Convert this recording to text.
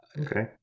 okay